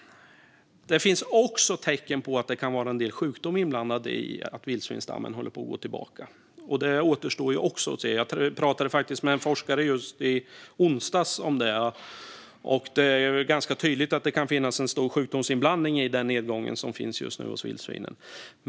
Det finns också tecken på att det kan vara en del sjukdom inblandad i att vildsvinsstammen håller på att gå tillbaka. Det återstår också att se. Jag pratade i onsdags med en forskare om just detta. Det är ganska tydligt att det kan finnas en stor sjukdomsinblandning i den nedgång som sker just nu när det gäller vildsvinen.